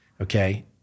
okay